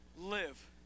live